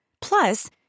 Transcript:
plus